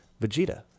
Vegeta